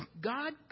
God